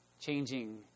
changing